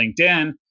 LinkedIn